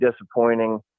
disappointing